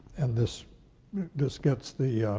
and this this gets the